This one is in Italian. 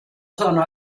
sono